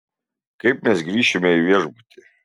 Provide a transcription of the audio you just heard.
kaip mes grįšime į viešbutį